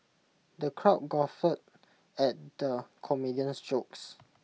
the crowd guffawed at the comedian's jokes